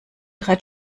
drei